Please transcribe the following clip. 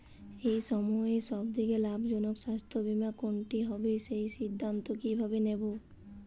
এই সময়ের সব থেকে লাভজনক স্বাস্থ্য বীমা কোনটি হবে সেই সিদ্ধান্ত কীভাবে নেব?